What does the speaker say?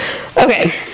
Okay